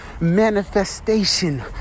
manifestation